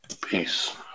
Peace